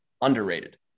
underrated